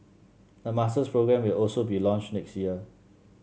a masters programme will also be launched next year